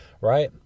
right